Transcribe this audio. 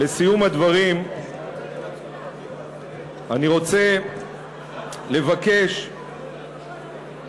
לסיום הדברים אני רוצה לבקש את אמונם של